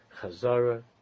Chazara